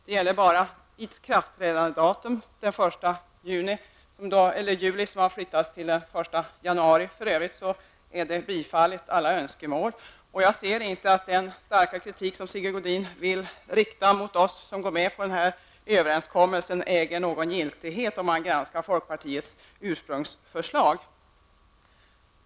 Det är bara ikraftträdandedatum den 1 juli som har flyttats fram till den 1 januari, för övrigt har utskottsmajoriteten bifallit alla önskemål. Jag ser inte att den starka kritik som Sigge Godin vill rikta mot oss som går med på den här överenskommelsen äger någon giltighet med tanke på folkpartiets ursprungsförslag.